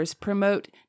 Promote